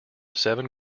seven